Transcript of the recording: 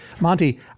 Monty